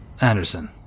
Anderson